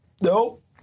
Nope